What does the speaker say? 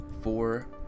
Four